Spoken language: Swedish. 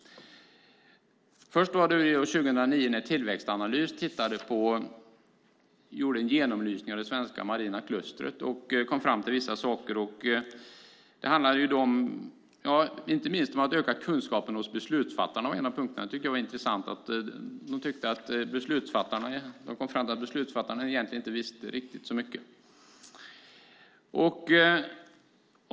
År 2009 gjorde Tillväxtanalys en genomlysning av det svenska marina klustret och kom fram till vissa saker. Det handlade inte minst om att öka kunskapen hos beslutsfattarna, som var en av punkterna. Det tyckte jag var intressant. De kom fram till att beslutsfattarna egentligen inte visste så mycket.